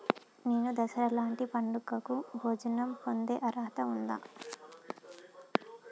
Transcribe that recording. నేను దసరా లాంటి పండుగ కు ఋణం పొందే అర్హత ఉందా?